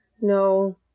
no